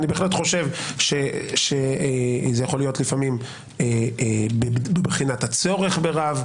אני בהחלט חושב שזה יכול להיות לפעמים בבחינת הצורך ברב,